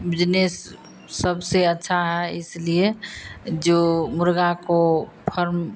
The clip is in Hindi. बिजनेस सबसे अच्छा है इसलिए जो मुर्ग़ा को फर्म